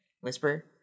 Whisper